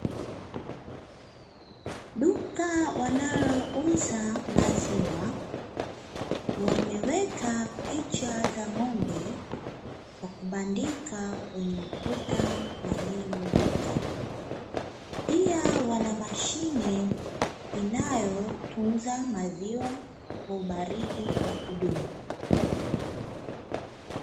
Duka wanalouza maziwa, wameweka picha za ng'ombe kwa kubandika kwenye ukuta wa hilo duka. Pia wana mashine inayotunza maziwa kwa ubaridi wa kudumu.